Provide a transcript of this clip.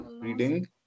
Reading